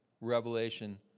Revelation